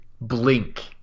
Blink